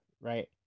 right